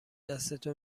دستتو